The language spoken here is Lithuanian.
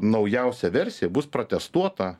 naujausia versija bus pratestuota